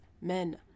men